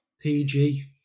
PG